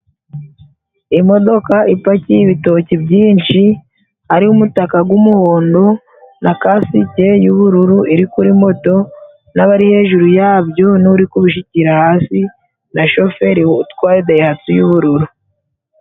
Imodoka ipakiye ibitoki byinshi, hariho umutaka g 'umuhondo na kasike y'ubururu iri kuri moto, n'abari hejuru yabyo n'uri kubishikira hasi na shoferi utwaye dayihatsu y'ubururu.